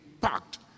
packed